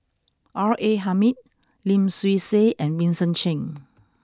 R A Hamid Lim Swee Say and Vincent Cheng